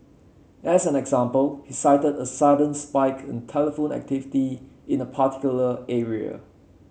as an example he cited a sudden spike in telephone activity in a particular area